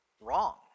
wrong